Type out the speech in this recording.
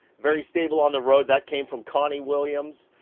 very stable on the road. that came from connie williams.